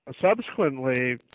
subsequently